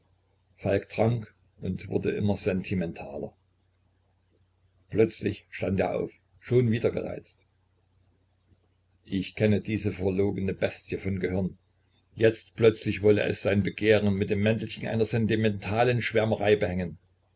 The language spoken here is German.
falk trank und wurde immer sentimentaler plötzlich stand er auf schon wieder gereizt ich kenne diese verlogene bestie von gehirn jetzt plötzlich wolle es sein begehren mit dem mäntelchen einer sentimentalen schwärmerei behängen